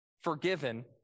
forgiven